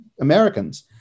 Americans